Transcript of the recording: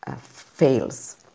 fails